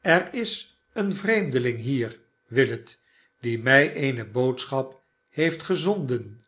er is een vreemdeling hier willet die mi eene boodschap heeft gezonden